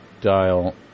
dial